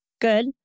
good